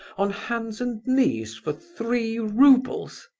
on hands and knees, for three roubles?